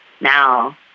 now